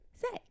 sex